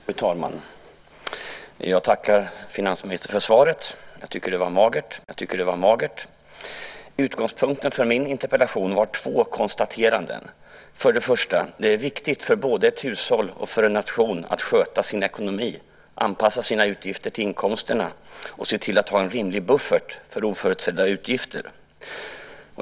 Fru talman! Jag tackar finansministern för svaret. Jag tycker att det var magert. Utgångspunkten för min interpellation var två konstateranden. För det första: Det är viktigt för både ett hushåll och för en nation att sköta sin ekonomi, anpassa sina utgifter till inkomsterna och se till att ha en rimlig buffert för oförutsedda utgifter.